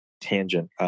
tangent